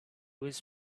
was